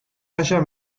haya